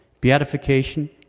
Beatification